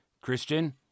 Christian